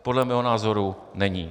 Podle mého názoru není.